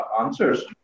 answers